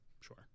Sure